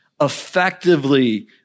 effectively